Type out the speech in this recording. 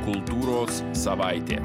kultūros savaitė